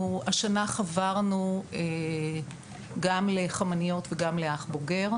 אנחנו השנה חברנו גם ל"חמניות" וגם ל"אח בוגר",